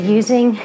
using